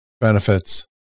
benefits